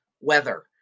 weather